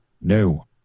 No